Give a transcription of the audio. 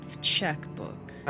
checkbook